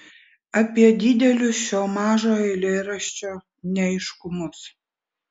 apie didelius šio mažo eilėraščio neaiškumus